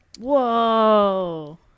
Whoa